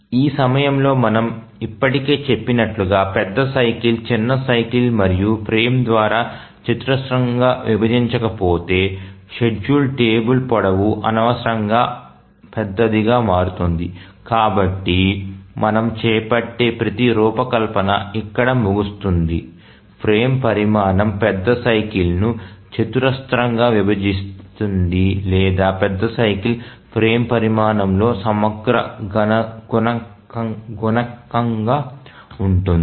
ఈ సమయంలో మనము ఇప్పటికే చెప్పినట్లుగా పెద్ద సైకిల్ చిన్న సైకిల్ మరియు ఫ్రేమ్ ద్వారా చతురస్రంగా విభజించబడకపోతే షెడ్యూల్ టేబుల్ పొడవు అనవసరంగా పెద్దదిగా మారుతుంది కాబట్టి మనము చేపట్టే ప్రతి రూపకల్పన ఇక్కడ ముగుస్తుంది ఫ్రేమ్ పరిమాణం పెద్ద సైకిల్ ని చతురస్రంగా విభజిస్తుంది లేదా పెద్ద సైకిల్ ఫ్రేమ్ పరిమాణంలో సమగ్ర గుణకంగా ఉంటుంది